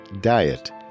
diet